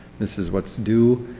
this is what's due.